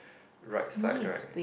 right side right